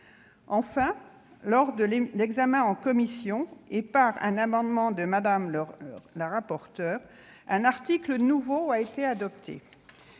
Enfin, lors de l'examen en commission et par un amendement de Mme le rapporteur, a été adopté